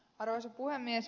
arvoisa puhemies